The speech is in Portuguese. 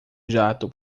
jato